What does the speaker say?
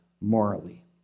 morally